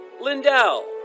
Lindell